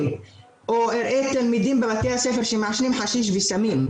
או אראה תלמידים בבתי הספר שמעשנים חשיש וסמים,